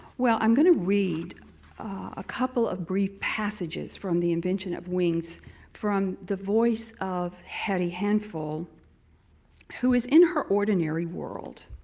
well, i'm gonna read a couple of brief passages from the invention of wings from the voice of hetty handful who is in her ordinary world.